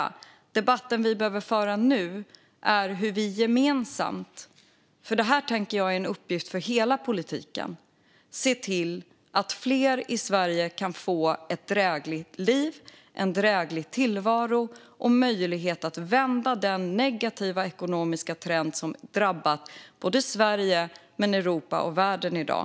Den debatt som vi behöver föra nu är hur vi gemensamt, eftersom jag tänker att detta är en uppgift för hela politiken, ska se till att fler i Sverige kan få ett drägligt liv, en dräglig tillvaro och möjlighet att vända den negativa ekonomiska trend som drabbar Sverige, Europa och världen i dag.